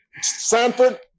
Sanford